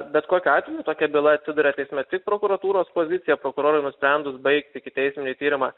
bet kokiu atveju tokia byla atsiduria teisme tik prokuratūros pozicija prokurorui nusprendus baigti ikiteisminį tyrimą